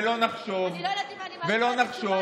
ולא נחשוב, מה הקשר?